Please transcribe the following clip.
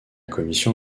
commission